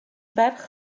ferch